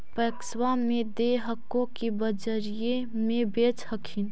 पैक्सबा मे दे हको की बजरिये मे बेच दे हखिन?